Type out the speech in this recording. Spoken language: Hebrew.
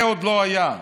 זה עוד לא היה,